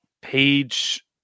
page